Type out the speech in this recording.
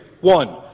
one